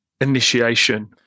initiation